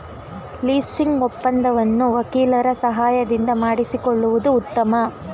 leasing ಒಪ್ಪಂದವನ್ನು ವಕೀಲರ ಸಹಾಯದಿಂದ ಮಾಡಿಸಿಕೊಳ್ಳುವುದು ಉತ್ತಮ